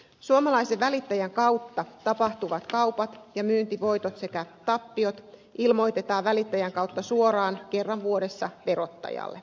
suomalaisen välittäjän kautta tapahtuvat kaupat ja myyntivoitot sekä tappiot ilmoitetaan välittäjän kautta suoraan kerran vuodessa verottajalle